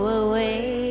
away